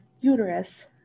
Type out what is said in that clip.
uterus